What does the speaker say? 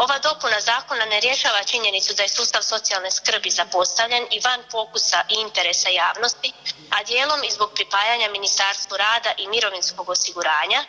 Ova dopuna zakona ne rješava činjenicu da je sustav socijalne skrbi zapostavljen i van fokusa i interesa javnosti, a dijelom i zbog pripajanja Ministarstvu rada i mirovinskog osiguranja